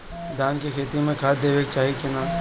धान के खेती मे खाद देवे के चाही कि ना?